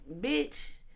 bitch